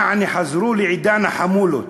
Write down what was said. יעני חזרו לעידן החמולות.